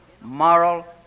moral